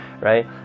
right